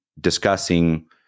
discussing